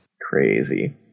Crazy